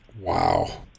Wow